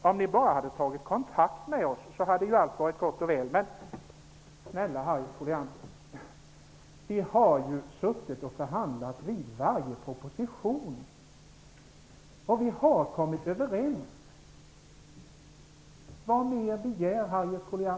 Om ni bara hade tagit kontakt med oss hade allt varit gott och väl, sade Harriet Colliander. Men, snälla Harriet Colliander, vi har ju suttit och förhandlat vid behandlingen av varje proposition. Och vi har kommit överens! Vad mer begär Harriet Colliander?